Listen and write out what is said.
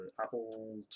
apple